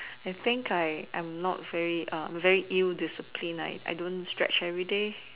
I think I I'm not very very ill disciplined I don't stretch everyday